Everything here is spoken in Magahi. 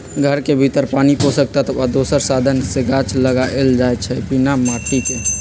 घर के भीतर पानी पोषक तत्व आ दोसर साधन से गाछ लगाएल जाइ छइ बिना माटिके